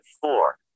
four